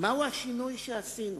מהו השינוי שעשינו?